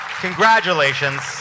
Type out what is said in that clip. congratulations